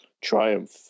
triumph